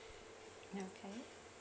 ya okay